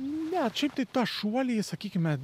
ne šiaip tai tą šuolį sakykime